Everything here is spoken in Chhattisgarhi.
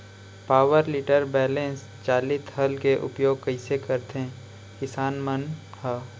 पावर टिलर बैलेंस चालित हल के उपयोग कइसे करथें किसान मन ह?